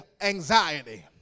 anxiety